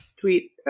Tweet